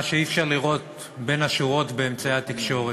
מה שאי-אפשר לראות בין השורות באמצעי התקשורת.